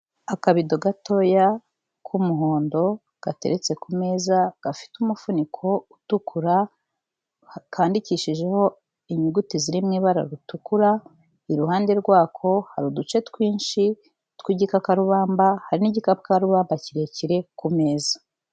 Akabido gatoya k'umuhondo gateretse ku meza gafite umufuniko utukura kandikishijeho inyuguti ziri mu ibara ritukura iruhande rwako hari uduce twinshi tw'igikakarubamba hari n'igikakabamba kirekire ku meza.